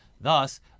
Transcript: Thus